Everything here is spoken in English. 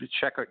check